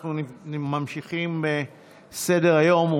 אנחנו ממשיכים בסדר-היום,